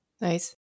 Nice